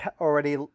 already